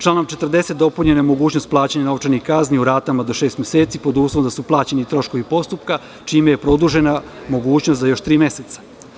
Članom 40. dopunjena je mogućnost plaćanja novčanih kazni u ratama do šest meseci, pod uslovom da su plaćeni troškovi postupka, čime je produžena mogućnost za još tri meseca.